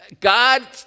God